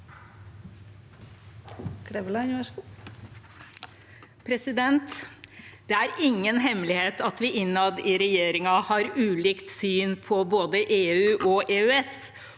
Det er ingen hemmelighet at vi innad i regjeringen har ulikt syn på både EU og EØS,